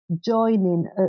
joining